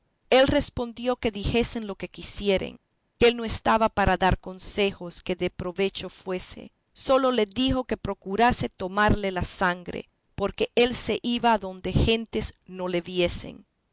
él respondió que dijesen lo que quisiesen que él no estaba para dar consejo que de provecho fuese sólo le dijo que procurase tomarle la sangre porque él se iba adonde gentes no le viesen